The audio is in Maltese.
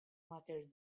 mater